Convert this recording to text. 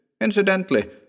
Incidentally